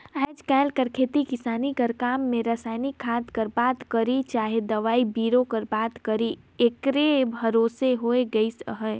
आएज काएल कर खेती किसानी कर काम में रसइनिक खाद कर बात करी चहे दवई बीरो कर बात करी एकरे भरोसे होए गइस अहे